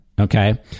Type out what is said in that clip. okay